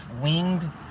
winged